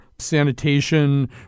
sanitation